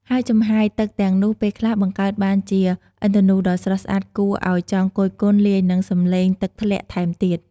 ហើយចំហាយទឹកទាំងនោះ ពេលខ្លះបង្កើតបានជាឥន្ធនូដ៏ស្រស់ស្អាតគួរឱ្យចង់គយគន់ លាយនឹងសម្លេងទឹកធ្លាក់ថែមទៀត។